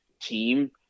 team